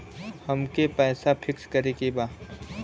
अमके पैसा फिक्स करे के बा?